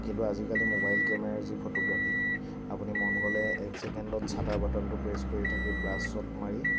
কিন্তু অজিকালি মোবাইল কেমেৰাৰ যি ফটোগ্ৰাফী আপুনি মন গ'লে এক চেকেণ্ডত ছাটাৰ বাটনটো প্ৰেছ কৰি বাৰ্ষ্ট শ্বট মাৰি